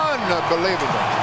Unbelievable